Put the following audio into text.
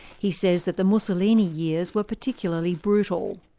he says that the mussolini years were particularly brutal.